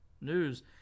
news